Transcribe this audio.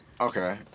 Okay